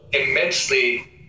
immensely